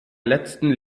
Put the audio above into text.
letzten